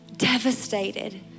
devastated